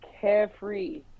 carefree